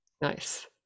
Nice